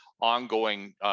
ongoing